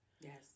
Yes